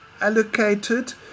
allocated